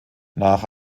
nach